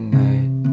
night